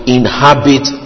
inhabit